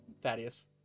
Thaddeus